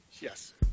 Yes